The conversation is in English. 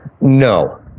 No